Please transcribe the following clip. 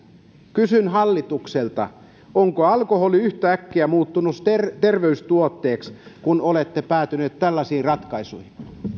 kysyn hallitukselta onko alkoholi yhtäkkiä muuttunut terveystuotteeksi kun olette päätyneet tällaisiin ratkaisuihin